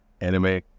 anime